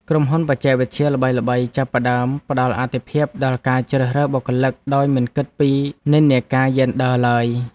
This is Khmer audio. ក្រុមហ៊ុនបច្ចេកវិទ្យាល្បីៗចាប់ផ្តើមផ្តល់អាទិភាពដល់ការជ្រើសរើសបុគ្គលិកដោយមិនគិតពីនិន្នាការយេនឌ័រឡើយ។